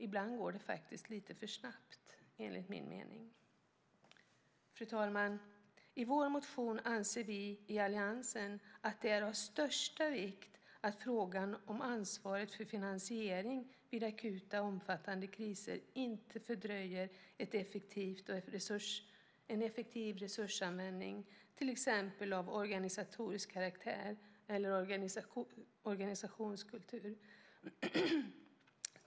Ibland går det faktiskt lite för snabbt enligt min mening. Fru talman! I vår motion anser vi i alliansen att det är av största vikt att frågan om ansvaret för finansiering vid akuta och omfattande kriser inte fördröjer en effektiv resursanvändning till exempel av organisatorisk karaktär eller när det gäller organisationskultur.